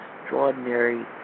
extraordinary